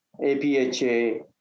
APHA